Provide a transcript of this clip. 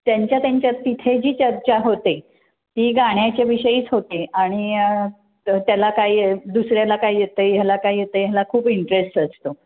त्यांच्या त्यांच्यात तिथे जी चर्चा होते ती गाण्याच्याविषयीच होते आणि त्याला काय दुसऱ्याला काय येतं आहे ह्याला काय येतं आहे ह्याला खूप इंटरेस्ट असतो